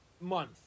month